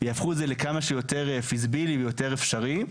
יהפכו את זה לכמה שיותר פיזיבילי ויותר אפשרי.